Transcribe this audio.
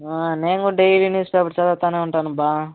నేను కూడా daily newspaper చదువుతు ఉంటాను బావ